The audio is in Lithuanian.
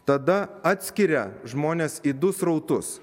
tada atskiria žmones į du srautus